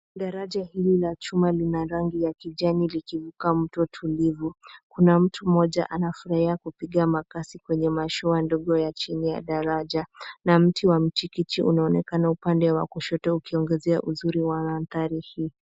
Daraja hili la chuma lina rangi ya kijani likivuka mto tulivu. Kuna mtu mmoja anafurahia kupiga makasi kwenye mashua ndogo ya chini ya daraja na mti wa mchikichi unaonekana upande wa kushoto ukiongezea uzuri wa mandhari hii.